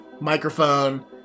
microphone